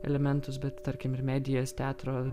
elementus bet tarkim ir medijas teatro